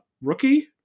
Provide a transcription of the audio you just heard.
rookie